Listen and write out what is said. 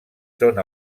són